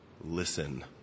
listen